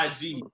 IG